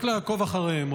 רק לעקוב אחריהן,